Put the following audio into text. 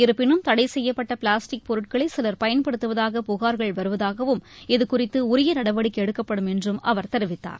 இருப்பினும் தடை செய்யப்பட்ட பிளாஸ்டிக் பொருட்களை சிலர் பயன்படுத்துவதாக புகார்கள் வருவதாகவும் இதுகுறித்து உரிய நடவடிக்கை எடுக்கப்படும் என்றும் அவர் தெரிவித்தார்